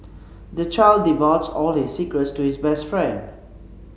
the child divulged all his secrets to his best friend